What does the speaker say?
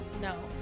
no